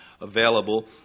available